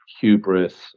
hubris